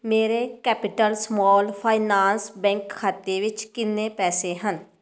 ਮੇਰੇ capital small finance bank ਖਾਤੇ ਵਿੱਚ ਕਿੰਨੇ ਪੈਸੇ ਹਨ